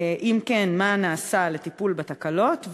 2. אם כן, מה נעשה לטיפול בתקלות?